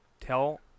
tell